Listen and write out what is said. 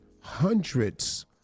hundreds